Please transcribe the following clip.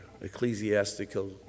ecclesiastical